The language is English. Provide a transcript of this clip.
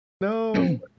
No